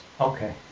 okay